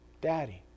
Daddy